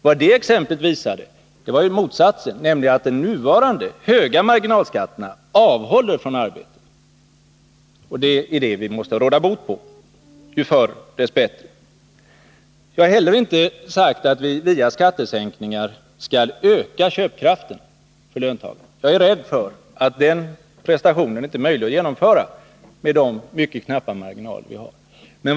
Vad det exemplet visade var ju motsatsen, nämligen att de nuvarande, höga marginalskatterna avhåller människor från arbete. Det är detta vi måste råda bot på — ju förr dess bättre. Jag har heller inte sagt att vi via skattesänkningar skall öka löntagarnas köpkraft. Jag är rädd för att den prestationen inte är möjlig att genomföra med de mycket knappa marginaler som vi har.